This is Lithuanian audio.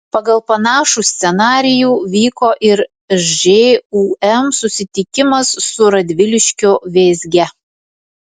pagal panašų scenarijų vyko ir žūm susitikimas su radviliškio vėzge